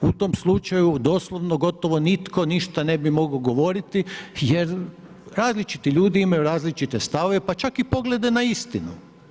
U tom slučaju doslovno gotovo nitko ništa ne bi mogao govoriti jer različiti ljudi imaju različite stavove pa čak i poglede na istinu.